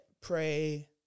pray